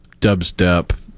dubstep